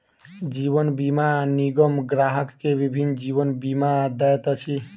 जीवन बीमा निगम ग्राहक के विभिन्न जीवन बीमा दैत अछि